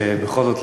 שבכל זאת,